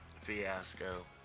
fiasco